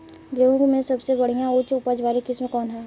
गेहूं में सबसे बढ़िया उच्च उपज वाली किस्म कौन ह?